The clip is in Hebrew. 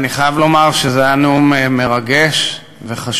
אני חייב לומר שזה היה נאום מרגש וחשוב,